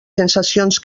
sensacions